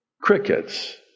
Crickets